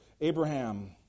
Abraham